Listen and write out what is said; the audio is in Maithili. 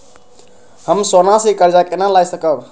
हम सोना से कर्जा केना लाय सकब?